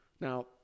Now